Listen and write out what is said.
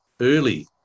early